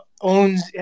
owns